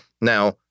Now